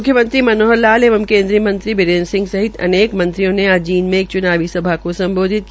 म्ख्यमंत्री मनोहर लाल एंव केंद्रीय मंत्री बिरेंद्र सिंह सहित अनेक मंत्रीयों ने आज जींद में एक च्नावी सभा को संबोधित किया